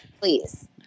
please